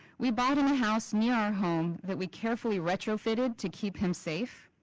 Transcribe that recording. we bought him a house near our home that we carefully retrofitted to keep him safe.